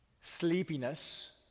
Sleepiness